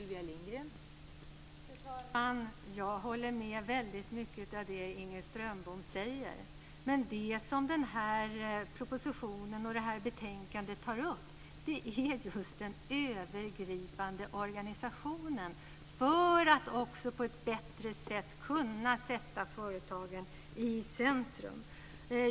Fru talman! Jag håller med om väldigt mycket av det som Inger Strömbom säger. Men det som tas upp i propositionen och betänkandet är just den övergripande organisationen, för att också på ett bättre sätt kunna sätta företagen i centrum.